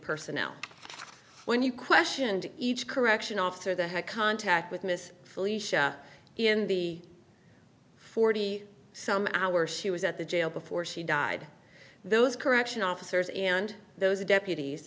personnel when you questioned each correction officer the had contact with miss felicia in the forty some hour she was at the jail before she died those corrections officers and those deputies